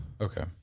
Okay